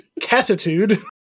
catitude